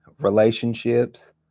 relationships